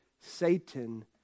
Satan